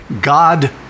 God